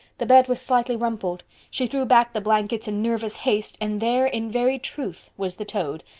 the bed was slightly rumpled. she threw back the blankets in nervous haste and there in very truth was the toad,